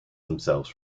themselves